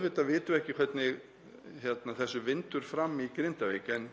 vitum við ekki hvernig þessu vindur fram í Grindavík en